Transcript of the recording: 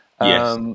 Yes